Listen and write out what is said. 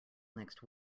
next